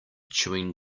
chewing